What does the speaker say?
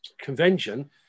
convention